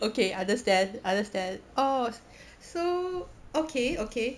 okay understand understand oh so okay okay